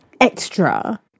extra